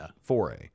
foray